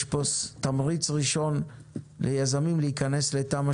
יש פה תמריץ ראשון ליזמים להיכנס לתמ"א